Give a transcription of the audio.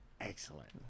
Excellent